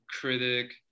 critic